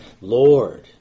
Lord